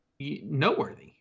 noteworthy